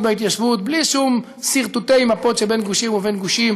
בהתיישבות בלי שום סרטוטי מפות שבין גושים ובין גושים,